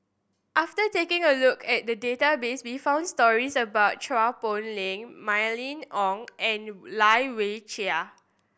after taking a look at the database we found stories about Chua Poh Leng Mylene Ong and Lai Weijie